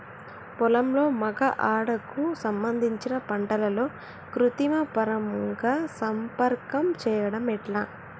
పొలంలో మగ ఆడ కు సంబంధించిన పంటలలో కృత్రిమ పరంగా సంపర్కం చెయ్యడం ఎట్ల?